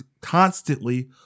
constantly